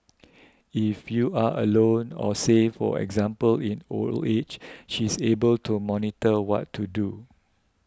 if you are alone or say for example in old age she is able to monitor what to do